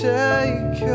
take